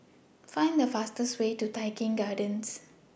Find The fastest Way to Tai Keng Gardens